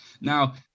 Now